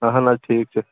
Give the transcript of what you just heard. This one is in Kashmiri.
اَہَن حظ ٹھیٖک چھُ